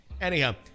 anyhow